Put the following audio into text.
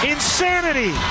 Insanity